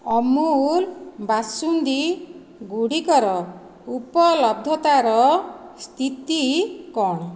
ଅମୁଲ ବାସୁନ୍ଦୀ ଗୁଡ଼ିକର ଉପଲବ୍ଧତାର ସ୍ଥିତି କ'ଣ